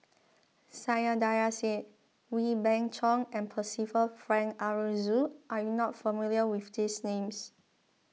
Saiedah Said Wee Beng Chong and Percival Frank Aroozoo are you not familiar with these names